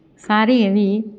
સારી એવી